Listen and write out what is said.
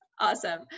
Awesome